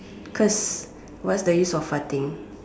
cause what is the use of farting